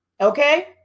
okay